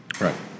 Right